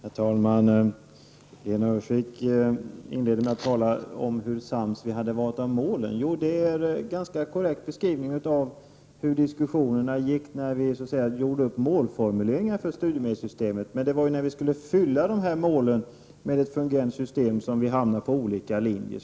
Herr talman! Lena Öhrsvik inledde med att tala om hur sams vi varit om målen. Ja, det är en ganska korrekt beskrivning av hur diskussionen gick när målen för studiemedelssystemet formulerades. Men det var när vi skulle fylla målen med ett fungerande system som vi hamnade på olika linjer.